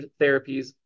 therapies